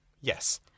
Yes